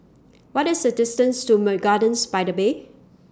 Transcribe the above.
What IS The distance to Ma Gardens By The Bay